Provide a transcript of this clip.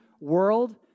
world